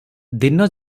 ଦିନ